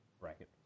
bracket